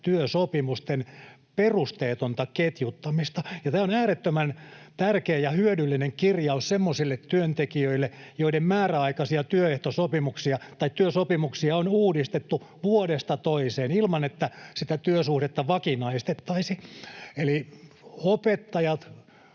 työsopimusten perusteetonta ketjuttamista.” Tämä on äärettömän tärkeä ja hyödyllinen kirjaus semmoisille työntekijöille, joiden määräaikaisia työsopimuksia on uudistettu vuodesta toiseen ilman, että sitä työsuhdetta vakinaistettaisiin.